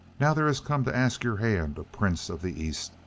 now there has come to ask your hand a prince of the east,